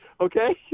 okay